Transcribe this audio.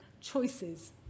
choices